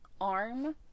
arm